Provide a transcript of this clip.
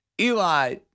Eli